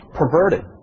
perverted